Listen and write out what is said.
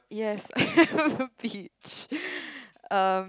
yes on the beach um